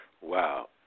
Wow